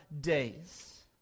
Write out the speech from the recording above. days